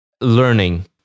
learning